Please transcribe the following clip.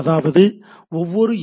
அதாவது ஒவ்வொரு என்